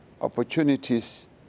opportunities